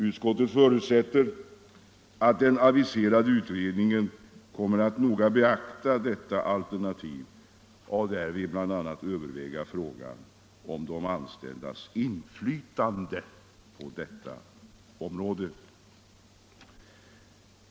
Utskottet förutsätter att den aviserade utredningen kommer att noga beakta detta alternativ och därvid bl.a. överväga frågan om de anställdas inflytande på detta område.